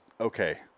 okay